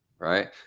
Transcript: Right